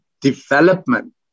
development